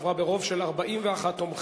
עברה ברוב של 41 תומכים,